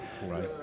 Right